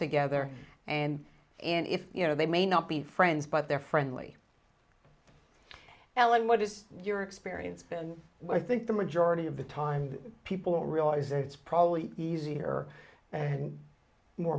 together and and if you know they may not be friends but they're friendly alan what is your experience then i think the majority of the time people realize that it's probably easier and more